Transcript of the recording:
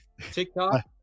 TikTok